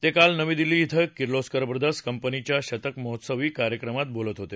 ते काल नवी दिल्ली ध्वें किलॉस्कर ब्रदर्स कंपनीच्या शतकमहोत्सवी कार्यक्रमात बोलत होते